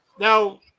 Now